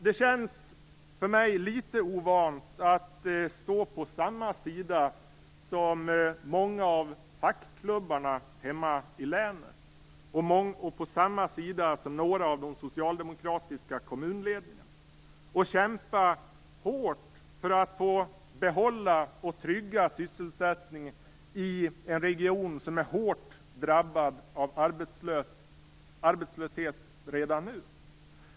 Det känns för mig litet ovant att stå på samma sida som många av fackklubbarna hemma i länet och som några av de socialdemokratiska kommunledningarna och kämpa hårt för att få behålla och trygga sysselsättningen i en region som är hårt drabbad av arbetslöshet redan nu.